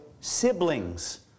siblings